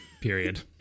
Period